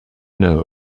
know